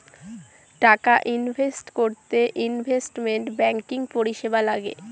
টাকা ইনভেস্ট করতে investment banking পরিষেবা লাগে